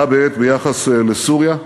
בה בעת, ביחס לסוריה,